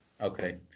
Okay